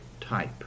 type